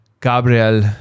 Gabriel